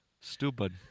Stupid